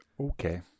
Okay